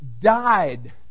died